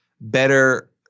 better